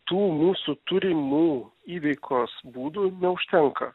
tų mūsų turimų įveikos būdų neužtenka